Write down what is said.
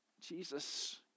Jesus